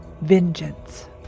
Vengeance